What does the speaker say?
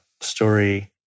story